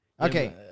Okay